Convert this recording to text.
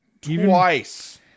twice